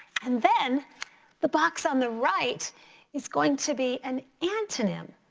and then the box on the right is going to be an antonym.